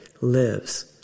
lives